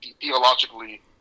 theologically